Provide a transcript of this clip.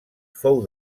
fou